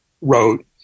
wrote